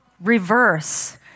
reverse